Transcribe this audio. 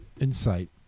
insight